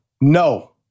no